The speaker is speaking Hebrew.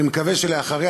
אני מקווה שאחריה,